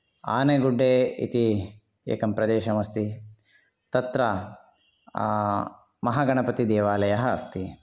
आनेगुड्डे इति एकं प्रदेशम् अस्ति तत्र महागणपतिदेवालयः अस्ति